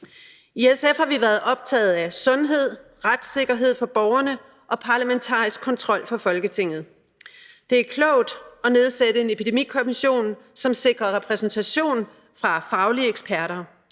I SF har vi været optaget af sundhed, retssikkerhed for borgerne og parlamentarisk kontrol af Folketinget. Det er klogt at nedsætte en epidemikommission, som sikrer repræsentation af faglige eksperter.